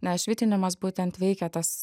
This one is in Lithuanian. nes švitinimas būtent veikia tas